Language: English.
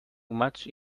much